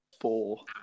four